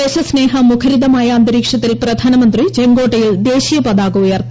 ദേശസ്നേഹ മുഖരിതമായ അന്തരീക്ഷത്തിൽ പ്രധാനമന്ത്രി ചെങ്കോട്ടയിൽ ദേശീയപതാക ഉയർത്തി